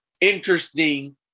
interesting